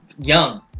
Young